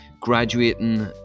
graduating